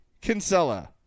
kinsella